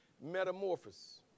Metamorphosis